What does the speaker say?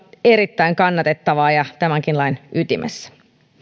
erittäin kannatettavaa ja tämänkin lain ytimessä